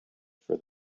for